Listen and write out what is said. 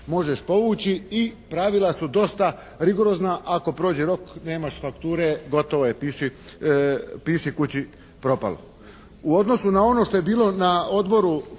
možeš povući i pravila su dosta rigorozna, ako prođe rok nemaš fakture, gotovo je, piši kući propalo je. U odnosu na ono što je bilo na Odboru